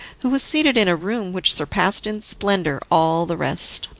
who was seated in a room which surpassed in splendour all the rest.